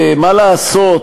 מה לעשות,